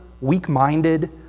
weak-minded